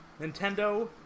Nintendo